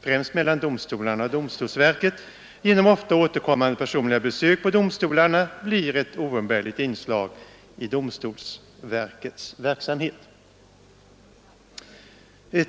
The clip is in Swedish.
främst mellan domstolarna och domstolsverket genom ofta återkommande personliga besök på domstolarna blir ett oumbärligt inslag i domstolsverkets verksamhet.